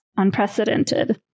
unprecedented